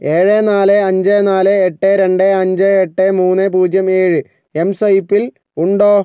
ഏഴ് നാല് അഞ്ച് നാല് എട്ട് രണ്ട് അഞ്ച് എട്ട് മൂന്ന് പൂജ്യം ഏഴ് എംസ്വൈപ്പിൽ ഉണ്ടോ